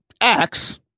acts